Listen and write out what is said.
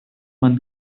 man